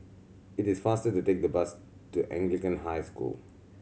it is faster to take the bus to Anglican High School